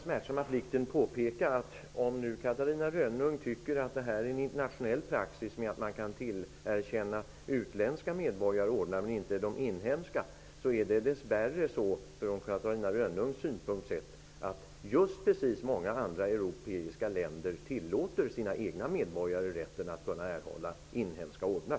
Om nu Catarina Rönnung tycker att det är en internationell praxis att man kan tillerkänna utländska medborgare ordnar men inte de egna medborgarna har jag den smärtsamma plikten påpeka att många andra europeiska länder -- dess värre, från Catarina Rönnungs synpunkt sett -- tillerkänner sina egna medborgare rätten att erhålla inhemska ordnar.